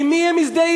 עם מי הם מזדהים?